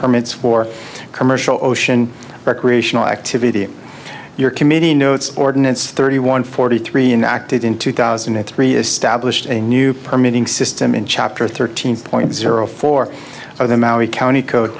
permits for commercial ocean recreational activity your committee notes ordinance thirty one forty three and acted in two thousand and three established a new permitting system into copter thirteen point zero four are the maori county code